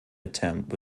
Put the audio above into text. attempt